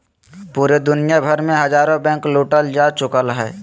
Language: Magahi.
पूरे दुनिया भर मे हजारो बैंके लूटल जा चुकलय हें